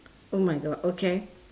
oh my god okay